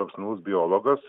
profesionalus biologas